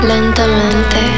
Lentamente